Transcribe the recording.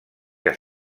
que